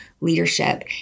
leadership